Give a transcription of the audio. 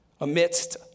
Amidst